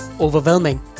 overwhelming